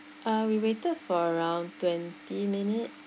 uh we waited for around twenty minute